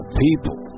people